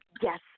yes